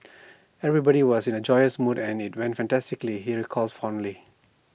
everybody was in A joyous mood and IT went fantastically he recalled fondly